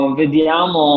vediamo